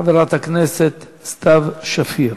חברת הכנסת סתיו שפיר.